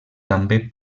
també